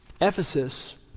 ephesus